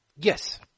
Yes